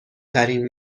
ترین